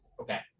Okay